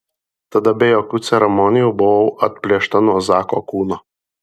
tada be jokių ceremonijų buvau atplėšta nuo zako kūno